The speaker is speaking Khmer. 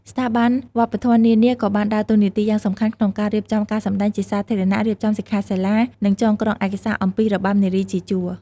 ស្ថាប័នវប្បធម៌នានាក៏បានដើរតួនាទីយ៉ាងសំខាន់ក្នុងការរៀបចំការសម្តែងជាសាធារណៈ រៀបចំសិក្ខាសាលា និងចងក្រងឯកសារអំពីរបាំនារីជាជួរ។